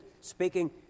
speaking